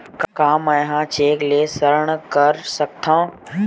का मैं ह चेक ले ऋण कर सकथव?